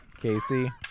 Casey